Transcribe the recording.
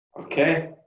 Okay